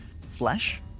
flesh